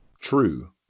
true